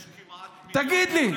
יש כמעט מיליון, תגיד לי.